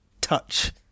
touch